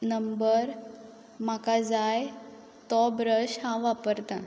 number म्हाका जाय तो ब्रश हांव वापरता